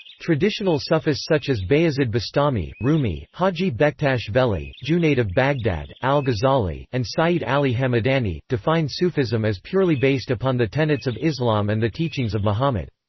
traditional sufis such as bayazid bastami, rumi, haji bektash veli, junayd of baghdad, al-ghazali, and sayyid ali hamadani, define sufism as purely based upon the tenets of islam and the teachings of muhammad.